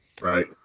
Right